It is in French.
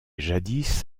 jadis